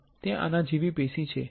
ત્યા આના જેવી પેશી છે